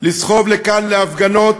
לסחוב לכאן להפגנות